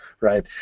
right